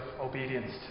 obedience